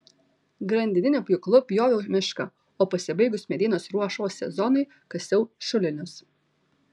grandininiu pjūklu pjoviau mišką o pasibaigus medienos ruošos sezonui kasiau šulinius